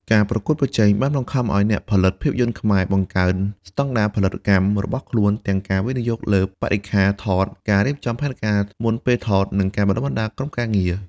ការប្រកួតប្រជែងបានបង្ខំឲ្យអ្នកផលិតភាពយន្តខ្មែរ បង្កើនស្តង់ដារ ផលិតកម្មរបស់ខ្លួន ទាំងការវិនិយោគលើបរិក្ខារថត ការរៀបចំផែនការមុនពេលថត និងការបណ្តុះបណ្តាលក្រុមការងារ។